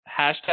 hashtag